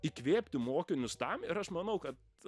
įkvėpti mokinius tam ir aš manau kad